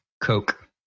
Coke